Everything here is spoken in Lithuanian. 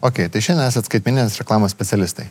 okei tai šiandien esat skaitmeninės reklamos specialistai